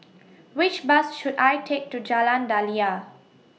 Which Bus should I Take to Jalan Daliah